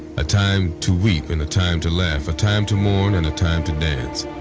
a time to weep and a time to laugh, a time to mourn and a time to dance,